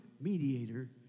mediator